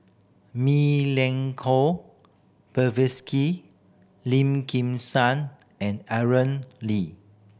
Milenko Prvacki Lim Kim San and Aaron Lee